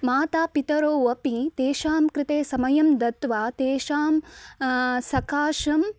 मातापितरौ अपि तेषां कृते समयं दत्वा तेषां सकाशं